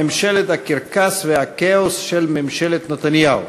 ממשלת הקרקס והכאוס של נתניהו,